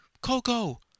Coco